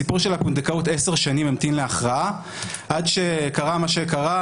הסיפור של פונדקאות המתין להכרעה 10 שנים עד שקרה מה שקרה